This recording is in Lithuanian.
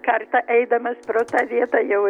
kartą eidamas pro tą vietą jau